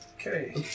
Okay